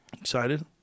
Excited